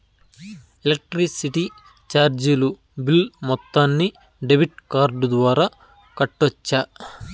Electricity చార్జీలు bill మొత్తాన్ని debit card ద్వారా కట్టొచ్చా?